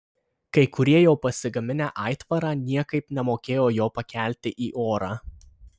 kai kurie jau pasigaminę aitvarą niekaip nemokėjo jo pakelti į orą